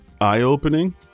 eye-opening